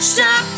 Stop